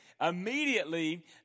immediately